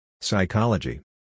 Psychology